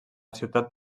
ciutat